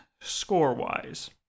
score-wise